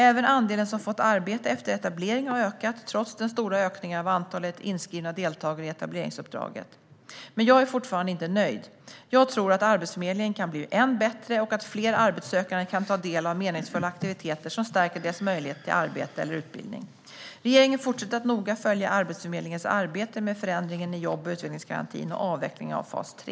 Även andelen som fått arbete efter etablering har ökat, trots den stora ökningen av antalet inskrivna deltagare i etableringsuppdraget. Men jag är fortfarande inte nöjd. Jag tror att Arbetsförmedlingen kan bli än bättre och att fler arbetssökande kan ta del av meningsfulla aktiviteter som stärker deras möjligheter till arbete eller utbildning. Regeringen fortsätter att noga följa Arbetsförmedlingens arbete med förändringen i jobb och utvecklingsgarantin och avvecklingen av fas 3.